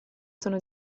sono